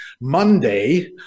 Monday